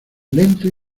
lento